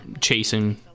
chasing